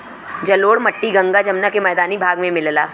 जलोढ़ मट्टी गंगा जमुना के मैदानी भाग में मिलला